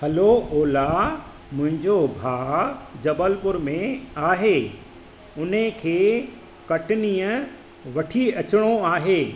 हलो ओला मुंहिंजो भाउ जबलपुर में आहे उन खे कटनीअ वठी अचिणो आहे